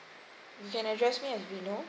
you can address me as vinod